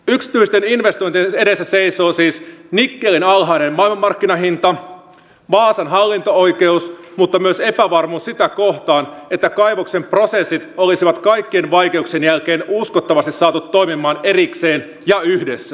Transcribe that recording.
yksityisten investointien edessä seisoo siis nikkelin alhainen maailmanmarkkinahinta ja vaasan hallinto oikeus mutta myös epävarmuus sitä kohtaan että kaivoksen prosessit olisi kaikkien vaikeuksien jälkeen uskottavasti saatu toimimaan erikseen ja yhdessä